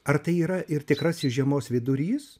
ar tai yra ir tikrasis žiemos vidurys